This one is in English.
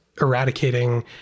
eradicating